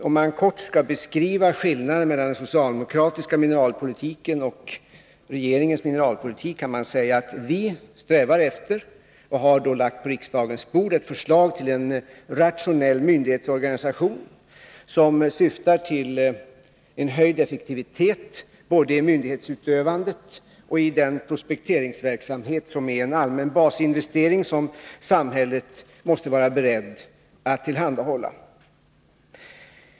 Om man kort skall beskriva skillnaden mellan socialdemokraternas och regeringens mineralpolitik, kan man säga att vi strävar efter en rationell myndighetsorganisation, som syftar till höjd effektivitet, både i myndighetsutövandet och i den prospekteringsverksamhet som är en allmän basinvestering, som samhället måste vara berett att tillhandahålla.